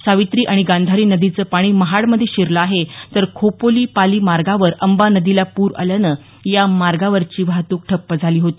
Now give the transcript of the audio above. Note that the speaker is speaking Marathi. सावित्री आणि गांधारी नदीचं पाणी महाडमध्ये शिरलं आहे तर खोपोली पाली मार्गावर अंबा नदीला पूर आल्यानं या मार्गावरची वाहतूक ठप्प झाली होती